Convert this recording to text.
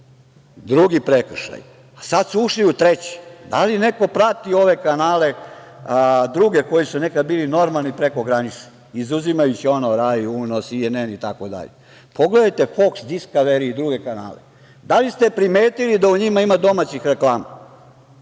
drugi prekršaj, a sad su ušli u treći. Da li neko prati ove druge kanale, koji su nekada bili normalni, prekogranični, izuzimajući ono "Raj Uno", "CNN", itd, pogledajte "Fox". "Discovery" i druge kanale, da li ste primetili da u njima ima ima domaćih reklama?